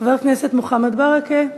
חבר הכנסת מוחמד ברכה.